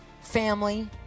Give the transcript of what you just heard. FAMILY